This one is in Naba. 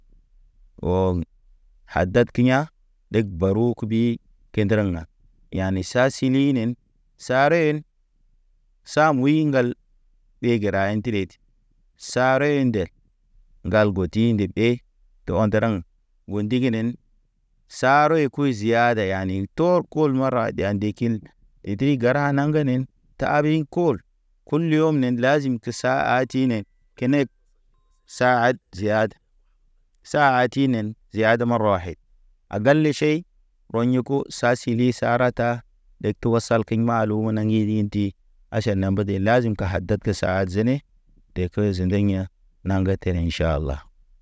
Hoŋ hadad kə ya̰, Ɗeg baru kuɗi kendraŋ ha. Yane sa silinen sareen. Sam huy ŋgal, ɓe gəra inte redi. Sare ndɛl, ŋgal ŋgoti nde de, dɔ wandaraŋ o ndiginen. Saroy kuy ziada yani tor kol maroy ɗiya ndə kin. Edri gara naŋ nen ta abrikol kulu yom nə lazzim kə sa hatine keneb sahad dihad. Saha tinen zihad maroy a gal le ʃei. Woɲoko sa sili sarata lo to a sal kiŋ malo hini inti. Aʃan na mbədə lazim ka hadad kə saha zene. De ke zendeɲ ya̰, naŋgə tene in ʃala.